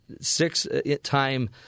six-time